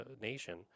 Nation